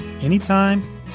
anytime